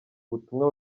ubutumwa